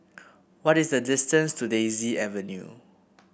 what is the distance to Daisy Avenue